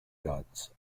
guns